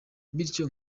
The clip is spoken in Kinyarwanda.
bityo